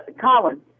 Colin